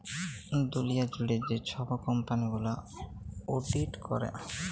দুঁলিয়া জুইড়ে যে ছব কম্পালি গুলা অডিট ক্যরে